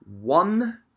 one